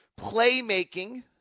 Playmaking